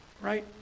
right